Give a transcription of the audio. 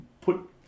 put